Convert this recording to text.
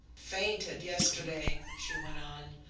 fainted yesterday, she went on,